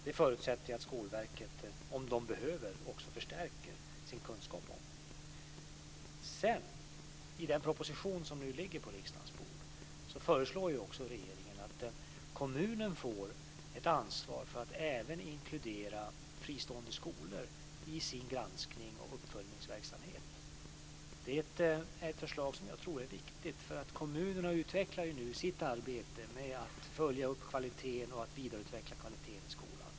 Det förutsätter att Skolverket, om man behöver, också förstärker sin kunskap om detta. I den proposition som nu ligger på riksdagens bord föreslår också regeringen att kommunen får ett ansvar för att även inkludera fristående skolor i sin granskning och uppföljningsverksamhet. Det är ett förslag som jag tror är viktigt, för kommunerna utvecklar ju nu sitt arbete med att följa upp och vidareutveckla kvaliteten i skolan.